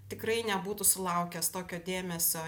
tikrai nebūtų sulaukęs tokio dėmesio